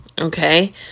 Okay